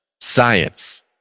Science